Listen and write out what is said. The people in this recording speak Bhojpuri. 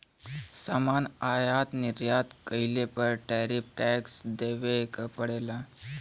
सामान आयात निर्यात कइले पर टैरिफ टैक्स देवे क पड़ेला